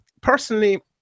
personally